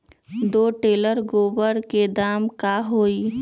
दो टेलर गोबर के दाम का होई?